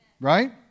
Right